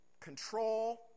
control